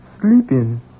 sleeping